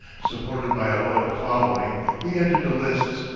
supported by a loyal following, he entered the lists,